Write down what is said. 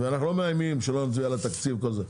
ואנחנו לא מאיימים שלא נצביע על התקציב וכל זה,